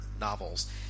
novels